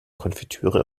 konfitüre